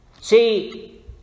See